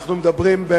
אנחנו מדברים על